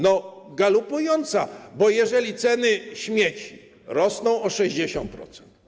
No galopującą, bo jeżeli ceny śmieci rosną o 60%.